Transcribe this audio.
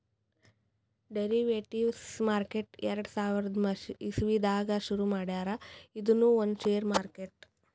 derivatives market ಎರಡ ಸಾವಿರದ್ ಇಸವಿದಾಗ್ ಶುರು ಮಾಡ್ಯಾರ್ ಇದೂನು ಒಂದ್ ಷೇರ್ ಮಾರ್ಕೆಟ್